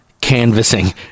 canvassing